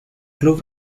club